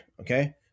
Okay